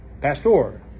Pastor